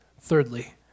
Thirdly